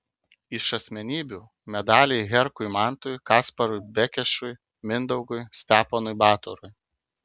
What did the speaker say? iš asmenybių medaliai herkui mantui kasparui bekešui mindaugui steponui batorui